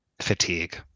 Fatigue